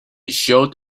showed